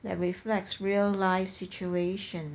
that reflects real life situations